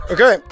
Okay